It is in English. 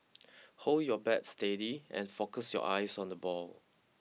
hold your bat steady and focus your eyes on the ball